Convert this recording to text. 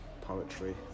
poetry